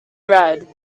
red